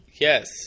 Yes